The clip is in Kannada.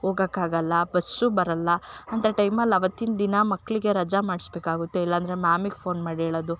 ಹೋಗಾಕಾಗಲ್ಲಾ ಬಸ್ಸು ಬರೊಲ್ಲಾ ಅಂಥ ಟೈಮಲ್ಲಿ ಅವತ್ತಿಂದಿನ ಮಕ್ಕಳಿಗೆ ರಜಾ ಮಾಡಿಸಬೇಕಾಗುತ್ತೆ ಇಲ್ಲಂದ್ರೆ ಮ್ಯಾಮಿಗೆ ಫೋನ್ ಮಾಡಿ ಹೇಳದು